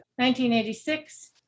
1986